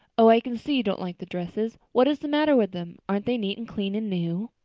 oh, i can see you don't like the dresses! what is the matter with them? aren't they neat and clean and new?